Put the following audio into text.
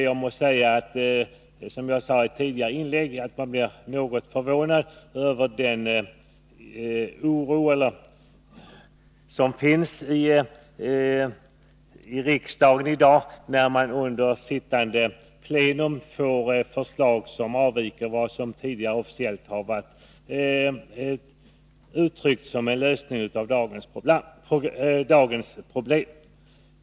Man blir, som jag sadei ett tidigare inlägg, något förvånad över den instabilitet som i dag finns i riksdagen, när man under sittande plenum får förslag som avviker från vad som tidigare officiellt har uttryckts vara en överenskommelse mellan socialdemokraterna och vpk.